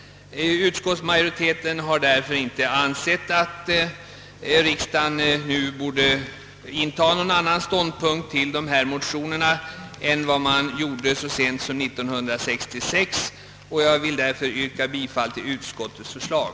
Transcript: Utskottsmajoriteten har därför inte ansett att riksdagen nu borde inta någon annan ståndpunkt till de här motionerna än den gjorde så sent som 1966, och jag yrkar bifall till utskottets förslag.